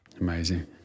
Amazing